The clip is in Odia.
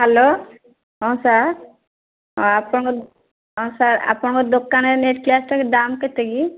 ହ୍ୟାଲୋ ହଁ ସାର୍ ଆପଣଙ୍କ ହଁ ସାର୍ ଆପଣଙ୍କ ଦୋକାନରେ ନେଟ୍ କ୍ୟାସ୍ଟା ଦାମ୍ କେତେ କି